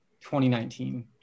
2019